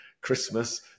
Christmas